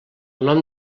nom